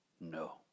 No